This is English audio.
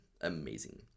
amazing